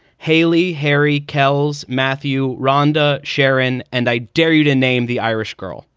hayley, harry kelze, matthew rhondda, sharon, and i dare you to name the irish girl.